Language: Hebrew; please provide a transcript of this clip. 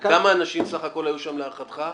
כמה אנשים בסך הכול היו שם להערכתך?